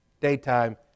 daytime